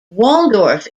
waldorf